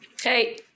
Hey